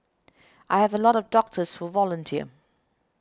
I have a lot of doctors who volunteer